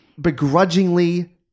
begrudgingly